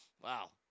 Wow